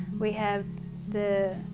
we have the,